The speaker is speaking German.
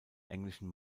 englischen